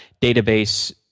database